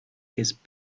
his